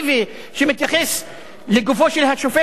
שמתייחס לגופו של השופט המכהן,